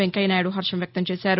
వెంకయ్యనాయుడు హర్షం వ్యక్తం చేశారు